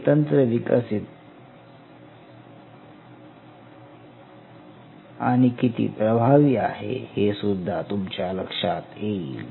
हे तंत्र किती प्रभावी आहे हे सुद्धा तुमच्या लक्षात येईल